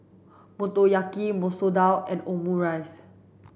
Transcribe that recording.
Motoyaki Masoor Dal and Omurice